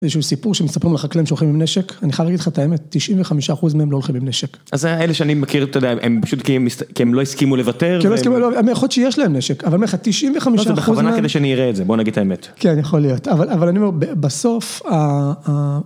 איזשהו סיפור שמספרים לחקלאים שהולכים עם נשק, אני חייב להגיד לך את האמת, 95% מהם לא הולכים עם נשק. אז זה האלה שאני מכיר אתה יודע, הם פשוט כי הם לא הסכימו לוותר? כי הם לא הסכימו, לא, יכול להיות שיש להם נשק, אבל אני אומר לך 95% מהם... לא, זה בכוונה כדי שאני אראה את זה, בוא נגיד את האמת. כן, יכול להיות, אבל אני אומר, בסוף ה...